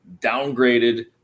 downgraded